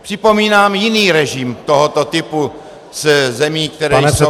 Připomínám jiný režim tohoto typu zemí, které jsou